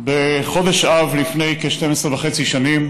בחודש אב לפני כ-12 וחצי שנים